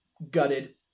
gutted